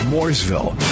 Mooresville